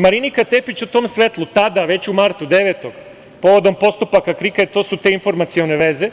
Marinika Tepić u tom svetlu, tada, već u martu, 9. povodom postupaka KRIK-a to su te informacione veze,